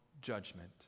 judgment